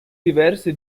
diverse